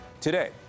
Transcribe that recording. today